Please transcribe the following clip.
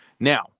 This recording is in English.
Now